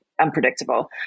unpredictable